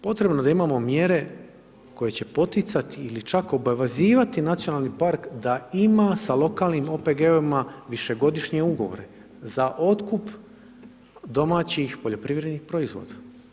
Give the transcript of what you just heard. Potrebno je da imamo mjere koje će poticati ili čak obavezivati nacionalni park da ima sa lokalnih OPG-ovima višegodišnje ugovore za otkup domaćih poljoprivrednih proizvoda.